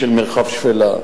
של מרחב שפלה.